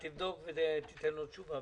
תבדוק ותיתן לו תשובה.